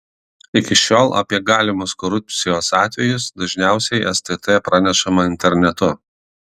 iki šiol apie galimus korupcijos atvejus dažniausiai stt pranešama internetu